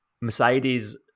Mercedes